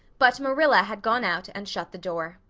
but marilla had gone out and shut the door.